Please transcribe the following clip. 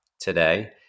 today